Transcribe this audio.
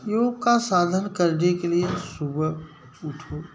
योग का साधन करने के लिए सुबह उठो